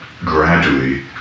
gradually